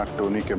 tony.